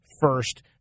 first